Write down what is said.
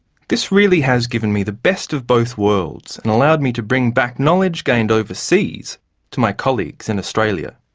this really has given me the best of both worlds and allowed me to bring back knowledge gained overseas to my colleagues in australia.